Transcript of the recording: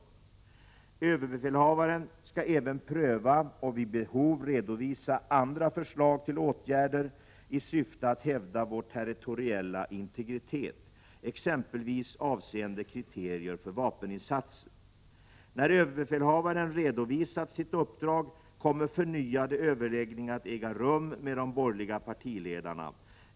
Överbefälhavaren skall även pröva och vid behov redovisa andra förslag till åtgärder i syfte att hävda vår territoriella integritet, exempelvis avseende kriterier för vapeninsatser. När överbefälhavaren redovisat sitt uppdrag kommer förnyade överläggningar att äga rum med de borgerliga partiledarna.